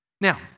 Now